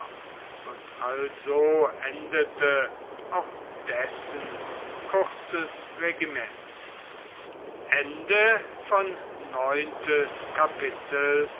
und also endete auch dessen kurzes regiment